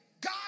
God